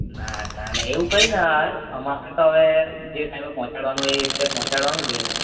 ના ના એવું કંઈ ના અમારે તો હવે જે ટાઈમે પહોંચાડવાનું જ હોય એ રીતે પહોંચાડવાનો જ હોય ને